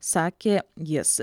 sakė jis